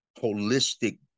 holistic